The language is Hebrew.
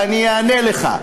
ואני אענה לך.